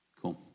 Cool